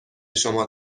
شما